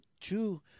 two